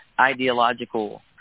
ideological